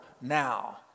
now